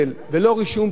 ולא רישום פלילי,